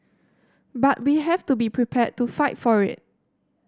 but we have to be prepared to fight for it